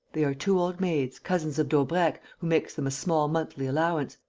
they are two old maids, cousins of daubrecq, who makes them a small monthly allowance.